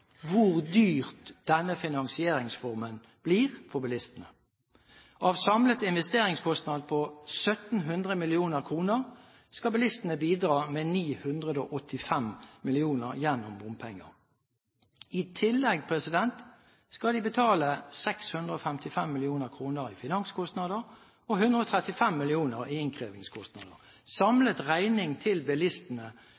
hvor dyr denne finanseringsformen blir for bilistene. Av samlet investeringskostnad på 1 700 mill. kr skal bilistene bidra med 985 mill. kr gjennom bompenger. I tillegg skal de betale 655 mill. kr i finanskostnader og 135 mill. kr i innkrevingskostnader.